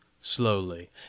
slowly